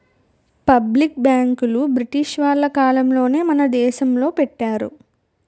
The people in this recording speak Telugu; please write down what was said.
పబ్లిక్ బ్యాంకులు బ్రిటిష్ వాళ్ళ కాలంలోనే మన దేశంలో పెట్టారు